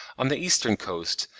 on the eastern coast,